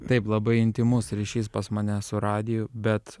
taip labai intymus ryšys pas mane su radiju bet